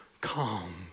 calm